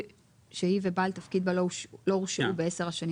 ושהיא ובעל תפקיד בה לא הורשעו ב-10 השנים